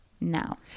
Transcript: No